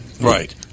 Right